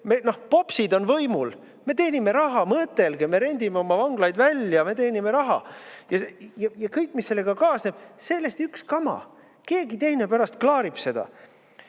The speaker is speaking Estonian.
Popsid on võimul: me teenime raha, mõtelge! Me rendime oma vanglaid välja, me teenime raha! Ja kõik, mis sellega kaasneb, sellest on ükskama, küll keegi teine pärast klaarib.